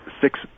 Six